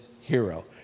hero